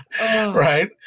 Right